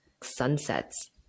sunsets